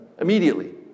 Immediately